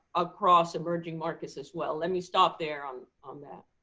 across emerging markets as well. let me stop there on on that.